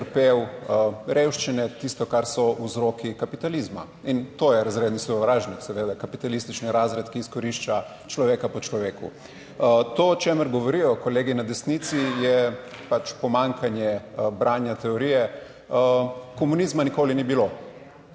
trpel revščine. Tisto kar so vzroki kapitalizma in to je razredni sovražnik, seveda kapitalistični razred, ki izkorišča človeka po človeku. To, o čemer govorijo kolegi na desnici, je pomanjkanje branja teorije komunizma. Nikoli ni bilo,